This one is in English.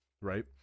Right